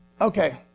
Okay